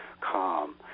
calm